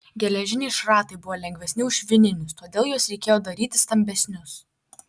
geležiniai šratai buvo lengvesni už švininius todėl juos reikėjo daryti stambesnius